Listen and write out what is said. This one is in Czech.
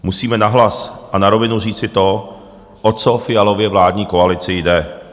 Musíme nahlas a na rovinu říci to, o co Fialově vládní koalici jde.